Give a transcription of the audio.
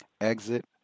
exit